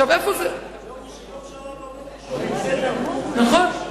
וביום שבת בבוקר שומעים שזה דקור, נכון.